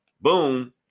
Boom